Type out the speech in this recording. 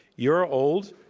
you're old,